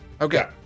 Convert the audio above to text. Okay